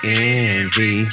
envy